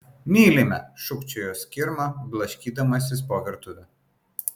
mylime šūkčiojo skirma blaškydamasis po virtuvę